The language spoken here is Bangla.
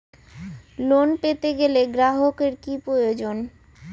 লোন পেতে গেলে গ্রাহকের কি প্রয়োজন?